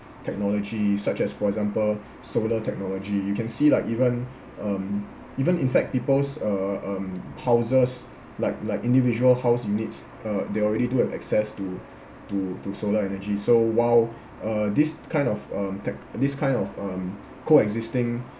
technology such as for example solar technology you can see like even um even in fact people's uh um houses like like individual house units uh they already do have access to to to solar energy so while uh this kind of um tech~ this kind of um coexisting